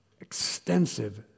extensive